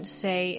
say